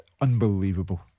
Unbelievable